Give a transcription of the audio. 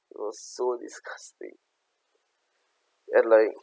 it was so disgusting and like